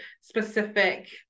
specific